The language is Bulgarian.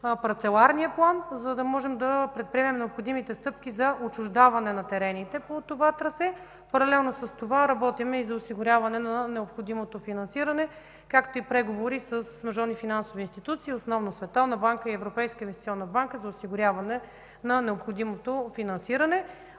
парцеларния план, за да можем да предприемем необходимите стъпки за отчуждаване на терените по това трасе. Паралелно с това работим и за осигуряване на необходимото финансиране, както и преговори с мажорни финансови институции, основно Световна банка и Европейска инвестиционна банка за осигуряване на необходимото финансиране.